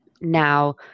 now